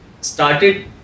started